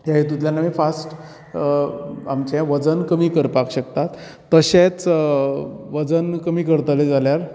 तें हेतूंतल्यान आमी फास्ट आमचे वजन कमी करपाक शकतात तशेंत वजन कमी करतले जाल्यार